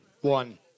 One